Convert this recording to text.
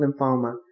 lymphoma